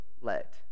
let